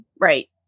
Right